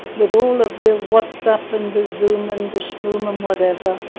with all of the whatsapp and the zoom and the schmoom and whatever,